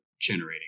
generating